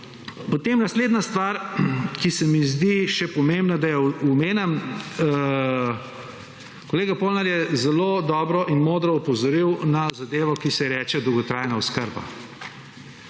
Potem naslednja stvar, ki se mi zdi še pomembna, da jo omenim. Kolega Polnar je zelo dobro in modro opozoril na zadevo, ki se je reče dolgotrajna oskrba.